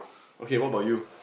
okay what about you